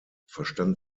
verstand